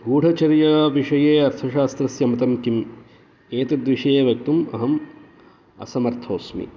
गूढचर्याविषये अर्थशास्त्रस्य मतं किम् एतद्विषये वक्तुम् अहम् असमर्थोस्मि